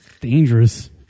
Dangerous